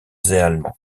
allemands